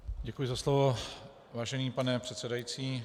Děkuji za slovo, vážený pane předsedající.